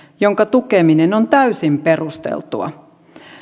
sen tukeminen on täysin perusteltua